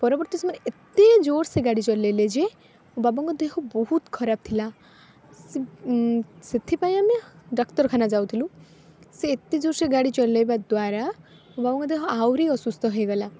ପରବର୍ତ୍ତୀ ସମୟରେ ଏତେ ଜୋରସେ ଗାଡ଼ି ଚଲେଇଲେ ଯେ ମୋ ବାବାଙ୍କ ଦେହ ବହୁତ ଖରାପ ଥିଲା ସେଥିପାଇଁ ଆମେ ଡାକ୍ତରଖାନା ଯାଉଥିଲୁ ସେ ଏତେ ଜୋରସେ ଗାଡ଼ି ଚଲାଇବା ଦ୍ୱାରା ମୋ ବାବାଙ୍କ ଦେହ ଆହୁରି ଅସୁସ୍ଥ ହୋଇଗଲା